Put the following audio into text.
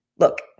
Look